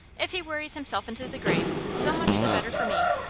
if he worries himself into the grave, so much the better for me.